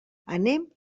anem